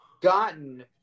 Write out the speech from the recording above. gotten